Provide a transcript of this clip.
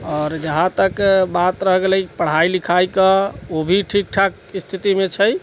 आओर जहाँ तक बात रहि गेलै पढ़ाइ लिखाइके ओ भी ठीक ठाक स्थितिमे छै